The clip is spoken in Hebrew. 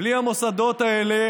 בלי המוסדות האלה